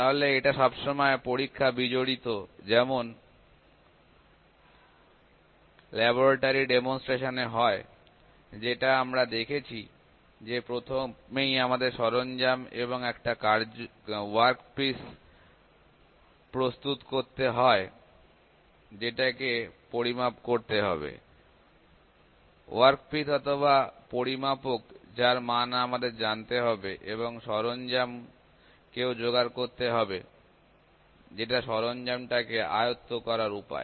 তাহলে এটা সবসময় পরীক্ষা বিজড়িত যেমন laboratory demonstrations এ হয় যেটা আমরা দেখেছি যে প্রথমেই আমাদের সরঞ্জাম এবং একটা ওয়ার্কপিস প্রস্তুত করতে হয় যেটাকে পরিমাপ করতে হবে ওয়ার্কপিস অথবা পরিমাপক যার মান আমাদের জানতে হবে এবং যন্ত্র কে জোড়া তে রাখতে হবে যেটা যন্ত্র কে আয়ত্ত করার উপায়